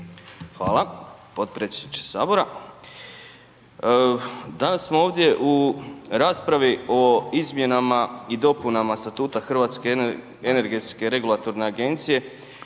Hvala potpredsjedniče Sabora. Danas smo ovdje u raspravi o izmjenama i dopunama Statuta HERA-e čuli jako puno rasprava koje